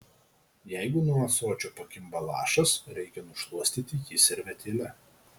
jei nuo ąsočio pakimba lašas reikia nušluostyti jį servetėle